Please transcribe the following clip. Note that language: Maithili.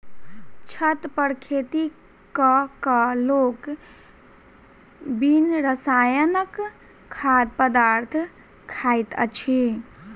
छत पर खेती क क लोक बिन रसायनक खाद्य पदार्थ खाइत अछि